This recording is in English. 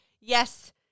Yes